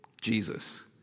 Jesus